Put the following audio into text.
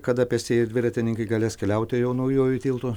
kada pėstieji dviratininkai galės keliauti jau naujuoju tiltu